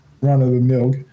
run-of-the-mill